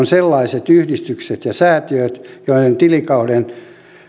sellaiset yhdistykset ja säätiöt joiden tilikauden